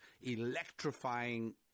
electrifying